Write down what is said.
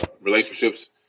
relationships